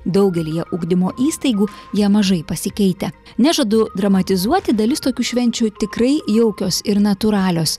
daugelyje ugdymo įstaigų jie mažai pasikeitę nežadu dramatizuoti dalis tokių švenčių tikrai jaukios ir natūralios